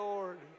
Lord